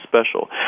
special